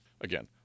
Again